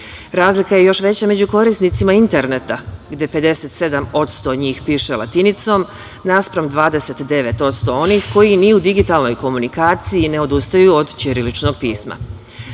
Razlika je još veća među korisnicima interneta gde 57% njih piše latinicom, naspram 29% onih koji ni u digitalnoj komunikaciji ne odustaju od ćiriličnog pisma. Zbog